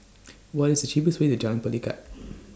What IS The cheapest Way to Jalan Pelikat